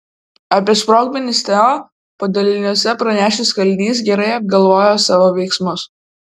apie sprogmenis teo padaliniuose pranešęs kalinys gerai apgalvojo savo veiksmus